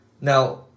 Now